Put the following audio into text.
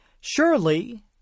Surely